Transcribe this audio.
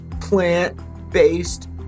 plant-based